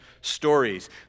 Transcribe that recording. stories